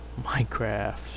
Minecraft